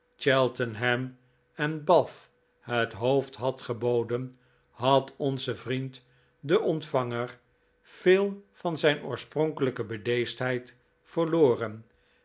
cheltenham en bath het hoofd had geboden had onze vriend de ontvanger veel van zijn oorspronkelijke bedeesdheid verloren